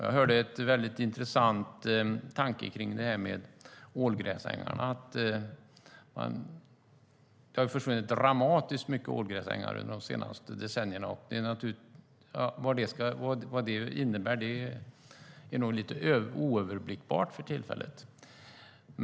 Jag hörde en väldigt intressant tanke kring ålgräsängarna. Det har försvunnit dramatiskt mycket ålgräsängar under de senaste decennierna. Vad det innebär är nog oöverblickbart för tillfället.